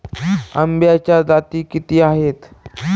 आंब्याच्या जाती किती आहेत?